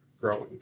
growing